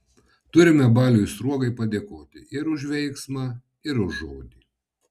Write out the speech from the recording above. turime baliui sruogai padėkoti ir už veiksmą ir už žodį